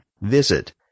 visit